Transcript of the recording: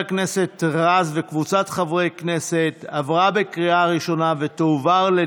התשפ"ב 2022,